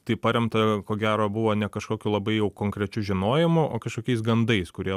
tai paremta ko gero buvo ne kažkokiu labai jau konkrečiu žinojimu o kažkokiais gandais kurie